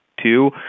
two